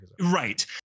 right